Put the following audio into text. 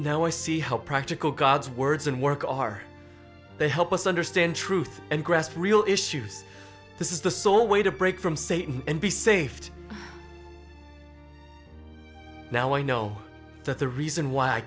no i see how practical god's words and work are to help us understand truth and grest real issues this is the sole way to break from satan and be saved now i know that the reason why i